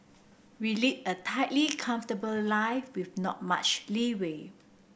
we lead a tightly comfortable life with not much leeway